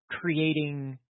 creating